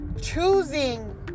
Choosing